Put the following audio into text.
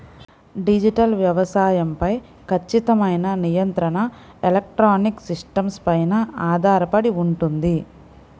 digital వ్యవసాయం పై ఖచ్చితమైన నియంత్రణ ఎలక్ట్రానిక్ సిస్టమ్స్ పైన ఆధారపడి ఉంటుంది